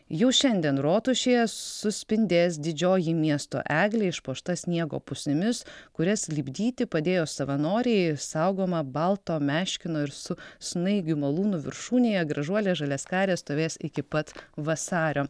jau šiandien rotušėje suspindės didžioji miesto eglė išpuošta sniego pusnimis kurias lipdyti padėjo savanoriai saugoma balto meškino ir su snaigių malūnu viršūnėje gražuolė žaliaskarė stovės iki pat vasario